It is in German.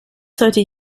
sollte